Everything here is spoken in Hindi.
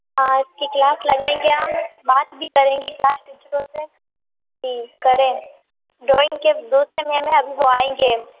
हाँ उसकी क्लास लगाएंगे हम बात भी करेंगे क्लास टीचरों से कि करें ड्रॉइंग के दूसरे मैम हैं अभी वो आएंगे